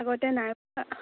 আগতে নাই কৰা